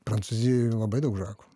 prancūzijoje yra labai daug žakų